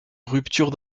rupture